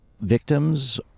victims